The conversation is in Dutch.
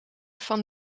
van